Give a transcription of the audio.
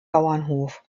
bauernhof